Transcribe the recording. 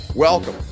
Welcome